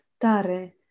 tare